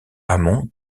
amont